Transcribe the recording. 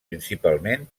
principalment